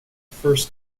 first